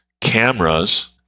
cameras